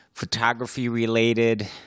Photography-related